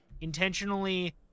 intentionally